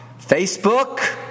Facebook